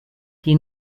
die